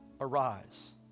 arise